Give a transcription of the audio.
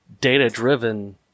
data-driven